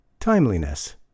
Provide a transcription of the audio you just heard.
Timeliness